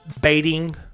baiting